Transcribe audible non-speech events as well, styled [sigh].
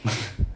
[laughs] [noise]